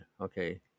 Okay